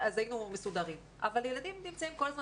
היינו מסודרים אבל ילדים נמצאים כל הזמן